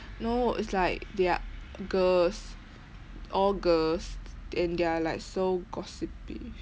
no it's like they are girls all girls and they are like so gossipy